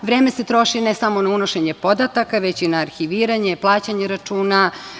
Vreme se troši ne samo na unošenje podataka, već i na arhiviranje, plaćanje računa.